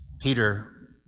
Peter